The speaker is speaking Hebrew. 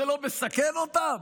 זה לא מסכן אותם?